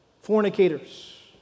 fornicators